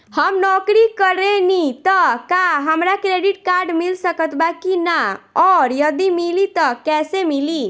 हम नौकरी करेनी त का हमरा क्रेडिट कार्ड मिल सकत बा की न और यदि मिली त कैसे मिली?